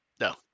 no